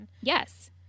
Yes